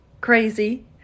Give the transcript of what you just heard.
crazy